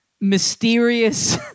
mysterious